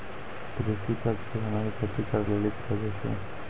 कृषि कर्ज किसानो के खेती करे लेली देलो जाय छै